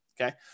Okay